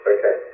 Okay